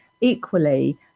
equally